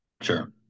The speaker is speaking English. Sure